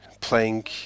playing